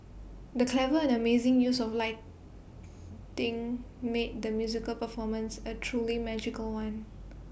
the clever and amazing use of lighting made the musical performance A truly magical one